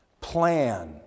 plan